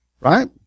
right